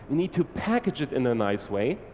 need to package it in a nice way,